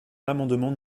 l’amendement